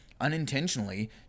unintentionally